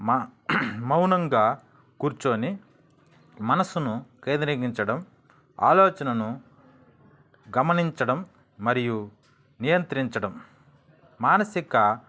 మౌనంగా కూర్చోని మనసును కేంద్రీకరించడం ఆలోచనను గమనించడం మరియు నియంత్రించడం మానసిక